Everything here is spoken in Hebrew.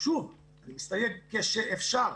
שוב כשאפשר,